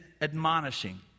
admonishing